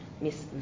Miss